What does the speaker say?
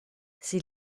sie